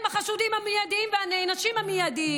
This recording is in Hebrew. החשודים המיידיים והנענשים המיידיים,